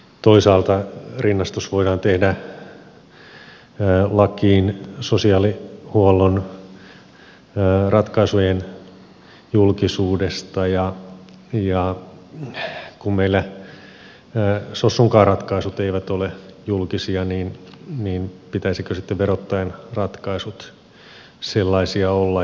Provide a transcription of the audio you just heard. toisaalta rinnastus voidaan tehdä lakiin sosiaalihuollon ratkaisujen julkisuudesta ja kun meillä sossunkaan ratkaisut eivät ole julkisia niin pitäisikö sitten verottajan ratkaisujen sellaisia olla